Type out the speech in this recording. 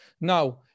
Now